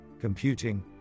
computing